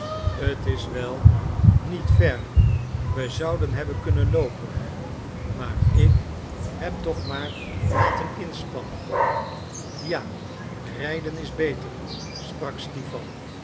het is wel niet ver we zouden hebben kunnen loopen maar ik heb toch maar laten inspannen ja rijden is beter sprak stipan